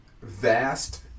vast